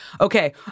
okay